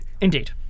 Indeed